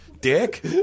dick